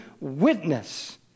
witness